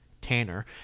tanner